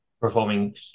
performing